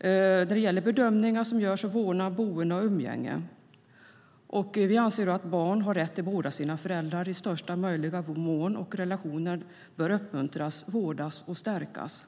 när det gäller bedömningar som görs av vårdnad, boende och umgänge. Vi anser att barn har rätt till båda sina föräldrar i största möjliga mån, och relationen bör uppmuntras, vårdas och stärkas.